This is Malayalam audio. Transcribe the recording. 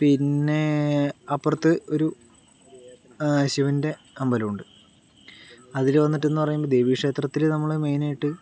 പിന്നേ അപ്പുറത്ത് ഒരു ശിവൻ്റെ അമ്പലമുണ്ട് അതിൽ വന്നിട്ട് എന്ന് പറയുമ്പോൾ ദേവി ക്ഷേത്രത്തിൽ നമ്മൾ മെയിനായിട്ട്